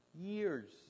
years